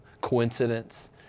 coincidence